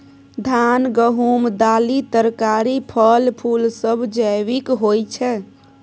धान, गहूम, दालि, तरकारी, फल, फुल सब जैविक होई छै